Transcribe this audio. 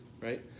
right